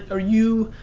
are you.